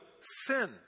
sin